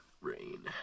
Rain